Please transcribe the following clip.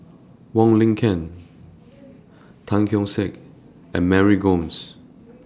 Wong Lin Ken Tan Keong Saik and Mary Gomes